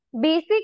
basic